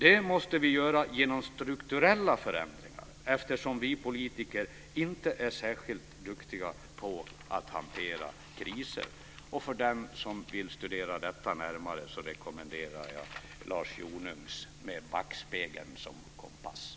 Det måste vi göra genom strukturella förändringar eftersom vi politiker inte är särskilt duktiga på att hantera kriser. För den som vill studera detta närmare rekommenderar jag Lars Jonungs Med backspegeln som kompass.